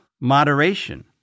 moderation